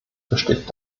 besteht